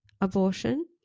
abortion